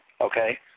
okay